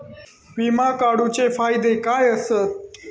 विमा काढूचे फायदे काय आसत?